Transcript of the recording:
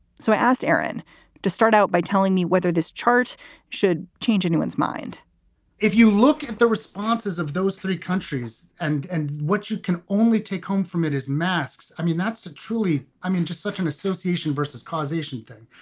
so i asked aaron to start out by telling me whether this chart should change anyone's mind if you look at the responses of those three countries and and what you can only take home from it is masks. i mean, that's the truly i mean, just such an association versus causation thing.